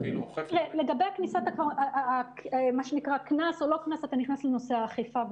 אתה נכנס לעניין האכיפה,